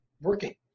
working